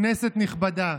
כנסת נכבדה,